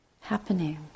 happening